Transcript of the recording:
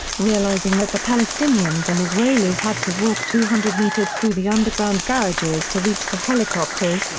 realizing that the palestinians and israelis had to walk two hundred metres through the underground garages to reach the helicopters,